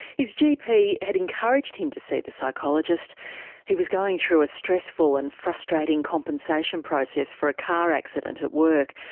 his gp had encouraged him to see the psychologist he was going through a stressful and frustrating compensation process for a car accident at work,